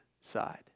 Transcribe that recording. side